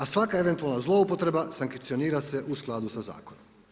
A svaka eventualna zloupotreba sankcionira se u skladu sa zakonom.